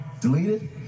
deleted